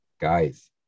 guys